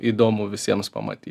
įdomu visiems pamatyt